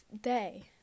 day